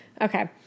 okay